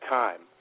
time